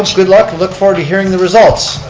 good luck. look forward to hearing the results.